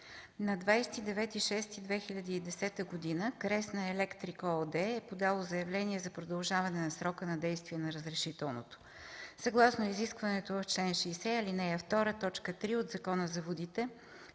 На 29 юни 2010 г. „Кресна Електрик” ООД е подало заявление за продължаване на срока на действие на разрешителното. Съгласно изискването в чл. 60, ал. 2, т. 3 от Закона за водите